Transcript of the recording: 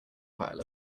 pile